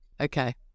okay